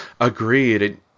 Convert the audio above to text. Agreed